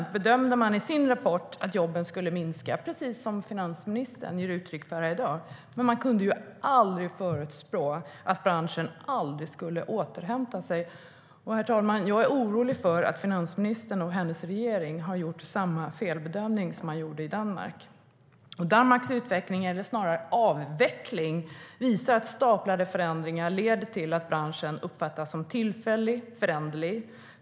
Man bedömde i sin rapport att jobben skulle minska, precis som finansministern ger uttryck för här i dag. Men man kunde aldrig förutspå att branschen aldrig skulle återhämta sig. Herr talman! Jag är orolig för att finansministern och hennes regering har gjort samma felbedömning som man gjorde i Danmark. Danmarks utveckling, eller snarare avveckling, visar att staplade förändringar leder till att branschen uppfattas som tillfällig och föränderlig.